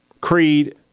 Creed